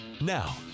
Now